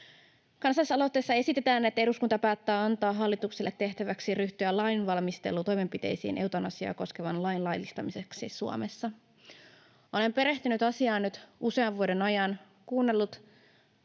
Kansalaisaloitteessa esitetään, että eduskunta päättää antaa hallitukselle tehtäväksi ryhtyä lainvalmistelutoimenpiteisiin eutanasiaa koskevan lain laillistamiseksi Suomessa. Olen perehtynyt asiaan nyt usean vuoden ajan, kuunnellut